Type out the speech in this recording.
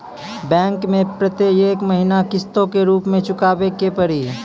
Bank मैं प्रेतियेक महीना किस्तो के रूप मे चुकाबै के पड़ी?